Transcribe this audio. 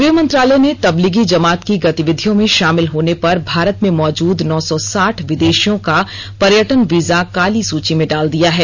गृह मंत्रालय ने तबलीगी जमात की गतिविधियों में शामिल होने पर भारत में मौजूद नौ सौ साठ विदेशियों का पर्यटन वीजा काली सुची में डाल दिया है